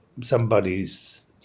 somebody's